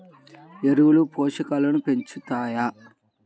ఎరువులు పోషకాలను పెంచుతాయా?